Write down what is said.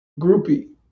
groupie